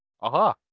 aha